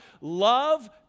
Love